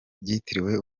byitiriwe